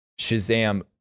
Shazam